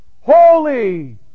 Holy